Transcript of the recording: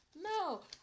No